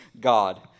God